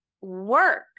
work